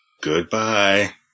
goodbye